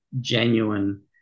genuine